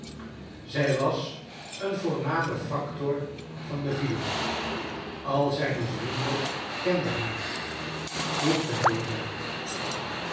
zij was eenvoori name factor van de villa al zijne vrienden kenden haar voegde hij er